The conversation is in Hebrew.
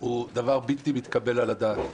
הוא דבר בלתי מתקבל על הדעת.